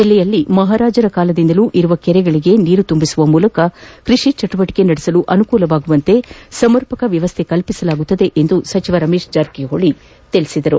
ಜಿಲ್ಲೆಯಲ್ಲಿ ಮಹಾರಾಜರ ಕಾಲದಿಂದಲೂ ಇರುವ ಕೆರೆಗಳಿಗೆ ನೀರು ತುಂಬಿಸುವ ಮೂಲಕ ಕೃಷಿ ಚಟುವಟಿಕೆ ನಡೆಸಲು ಅನುಕೂಲವಾಗುವಂತೆ ಸಮರ್ಪಕ ವ್ಯವಸ್ಥೆ ಕಲ್ವಿಸಲಾಗುವುದು ಎಂದು ಸಚಿವ ರಮೇಶ್ ಜಾರಕಿಹೊಳಿ ತಿಳಿಸಿದರು